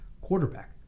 quarterback